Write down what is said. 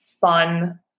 fun